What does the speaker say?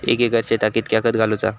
एक एकर शेताक कीतक्या खत घालूचा?